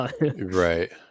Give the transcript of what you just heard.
right